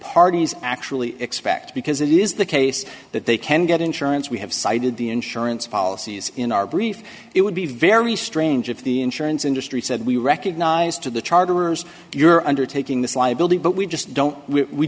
parties actually expect because it is the case that they can get insurance we have cited the insurance policies in our brief it would be very strange if the insurance industry said we recognize to the charterers you're undertaking this liability but we just don't we